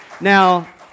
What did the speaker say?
Now